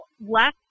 less